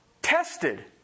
Tested